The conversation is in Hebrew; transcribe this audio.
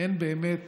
אין באמת